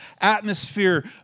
atmosphere